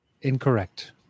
incorrect